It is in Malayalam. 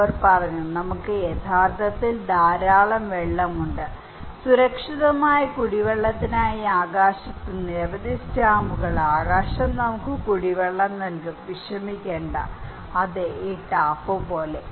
അവർ പറഞ്ഞു നമുക്ക് യഥാർത്ഥത്തിൽ ധാരാളം വെള്ളമുണ്ട് സുരക്ഷിതമായ കുടിവെള്ളത്തിനായി ആകാശത്ത് നിരവധി സ്റ്റാമ്പുകൾ ആകാശം നമുക്ക് കുടിവെള്ളം നൽകും വിഷമിക്കേണ്ട അതെ ഈ ടാപ്പ് പോലെ